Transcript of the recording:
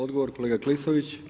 Odgovor kolega Klisović.